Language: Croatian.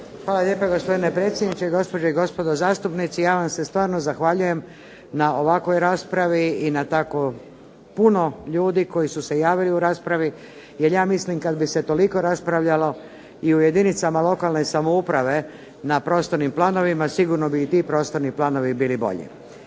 Hvala lijepa gospodine predsjedniče, gospođe i gospodo zastupnici. Ja vam se stvarno zahvaljujem na ovakvoj raspravi i na tako puno ljudi koji su se javili u raspravi. Jer ja mislim kad bi se toliko raspravljamo i u jedinicama lokalne samouprave na prostornim planovima sigurno bi i ti prostorni planovi bili bolji.